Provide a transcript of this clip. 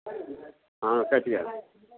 कटि गेल है हँ कटि गेल